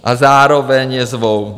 A zároveň je zvou.